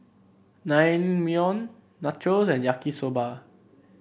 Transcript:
Naengmyeon Nachos and Yaki Soba